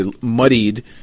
muddied